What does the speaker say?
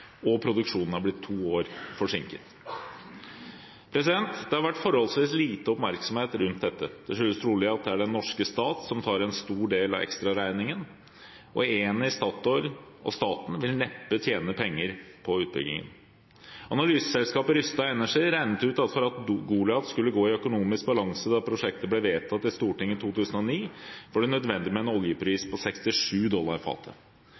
og produksjonen er blitt to år forsinket. Det har vært forholdsvis lite oppmerksomhet rundt dette. Det skyldes trolig at det er den norske stat som tar en stor del av ekstraregningen. Eni, Statoil og staten vil neppe tjene penger på utbyggingen. Analyseselskapet Rystad Energy regnet ut at for at Goliat skulle gå i økonomisk balanse da prosjektet ble vedtatt i Stortinget i 2009, var det nødvendig med en oljepris på 67 dollar fatet.